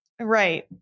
Right